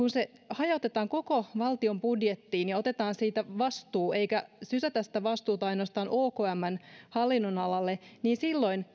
hajautetaan koko valtion budjettiin ja otetaan siitä vastuu eikä sysätä sitä vastuuta ainoastaan okmn hallinnonalalle niin silloin